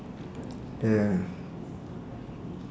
yeah